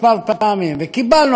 וקיבלנו החלטות חשובות,